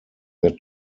that